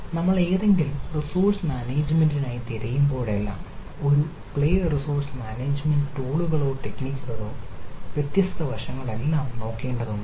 നമ്മൾ ഏതെങ്കിലും റിസോഴ്സ് മാനേജ്മെന്റിനായി തിരയുമ്പോഴെല്ലാം ഒരു പ്ലേ റിസോഴ്സ് മാനേജ്മെന്റ് ടൂളുകളോ ടെക്നിക്കുകളോ ആ വ്യത്യസ്ത വശങ്ങളെല്ലാം നോക്കേണ്ടതുണ്ട്